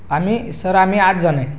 आम्ही सर आम्ही आठ जणं आहे